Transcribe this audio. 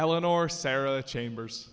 eleanor sarah chambers